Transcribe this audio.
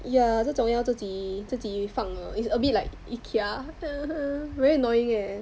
yeah 这总要自己自己放的 it's a bit like Ikea very annoying eh